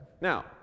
Now